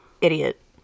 Idiot